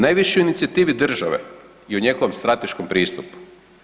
Najviše o inicijativi države i o njihovom strateškom pristupu.